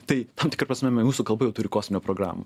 tai tam tikra prasme mūsų kalba jau turi kosminę programą